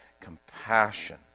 compassion